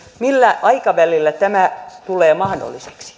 millä aikavälillä tämä tulee mahdolliseksi